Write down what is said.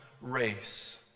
race